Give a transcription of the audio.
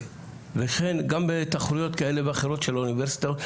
וכן גם בתחרויות כאלה ואחרות של האוניברסיטאות,